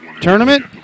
tournament